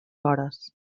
hores